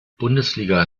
bundesliga